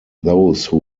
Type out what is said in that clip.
those